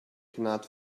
cannot